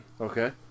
Okay